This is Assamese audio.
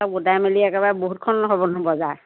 চব গোটাই মেলি একেবাৰে বহুতখন হ'ব নো বজাৰ